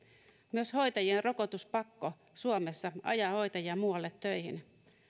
myös hoitajien rokotuspakko suomessa ajaa hoitajia muualle töihin